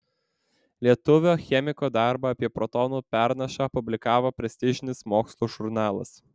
lietuvio chemiko darbą apie protonų pernašą publikavo prestižinis mokslo žurnalas